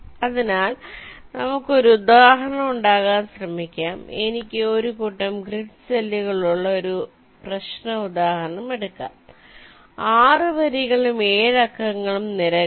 അതിനാൽ നമുക്ക് ഒരു ഉദാഹരണം ഉണ്ടാക്കാൻ ശ്രമിക്കാം എനിക്ക് ഒരു കൂട്ടം ഗ്രിഡ് സെല്ലുകൾ ഉള്ള ഒരു പ്രശ്ന ഉദാഹരണം എടുക്കാം 6 വരികളും 7 അക്കങ്ങളും നിരകളും